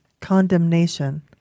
condemnation